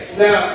now